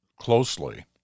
closely